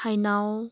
ꯍꯩꯅꯧ